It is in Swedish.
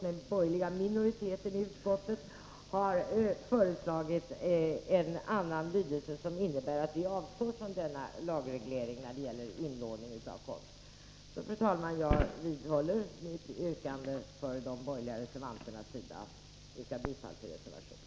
Den borgerliga minoriteten i utskottet har föreslagit en annan lydelse, som innebär att man avstår från denna lagreglering när det gäller inlåning av konst. Fru talman! Jag vidhåller mitt yrkande om bifall till reservationen.